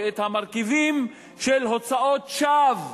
ואת המרכיבים של הוצאות שווא,